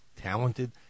talented